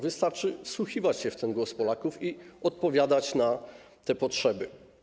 Wystarczy wsłuchiwać się w ten głos Polaków i odpowiadać na te potrzeby.